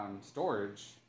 storage